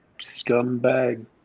scumbag